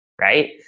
right